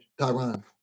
Tyron